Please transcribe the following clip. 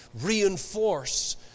reinforce